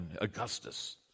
Augustus